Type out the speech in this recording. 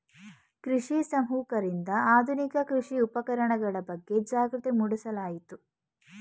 ಕೃಷಿ ಸಮೂಹಕರಿಂದ ಆಧುನಿಕ ಕೃಷಿ ಉಪಕರಣಗಳ ಬಗ್ಗೆ ಜಾಗೃತಿ ಮೂಡಿಸಲಾಯಿತು